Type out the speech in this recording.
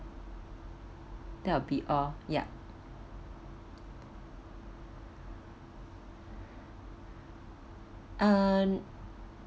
that'll be all yup uh